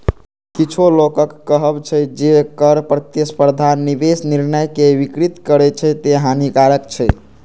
किछु लोकक कहब छै, जे कर प्रतिस्पर्धा निवेश निर्णय कें विकृत करै छै, तें हानिकारक छै